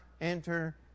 enter